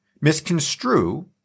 misconstrue